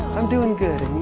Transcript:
i'm doing good,